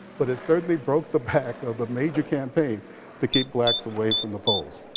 but it certainly broke the back of the major campaign to keep blacks away from the polls.